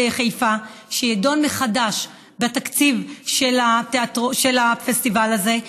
חיפה שידון מחדש בתקציב של הפסטיבל הזה.